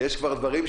ויש כבר דברים,